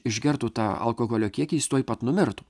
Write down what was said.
išgertų tą alkoholio kiekį jis tuoj pat numirtų